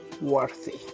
worthy